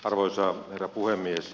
arvoisa herra puhemies